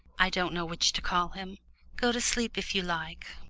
i don't know which to call him go to sleep if you like.